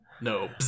no